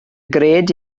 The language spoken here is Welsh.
gred